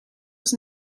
was